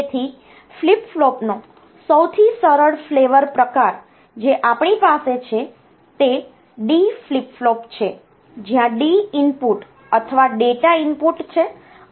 તેથી ફ્લિપ ફ્લોપનો સૌથી સરળ ફ્લેવર પ્રકાર જે આપણી પાસે છે તે ડી ફ્લિપ ફ્લોપ છે જ્યાં ડી ઇનપુટ અથવા ડેટા ઇનપુટ છે અને ત્યાં Q આઉટપુટ છે